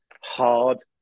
hard